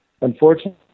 Unfortunately